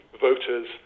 voters